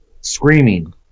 screaming